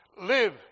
Live